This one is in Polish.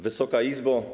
Wysoka Izbo!